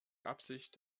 absicht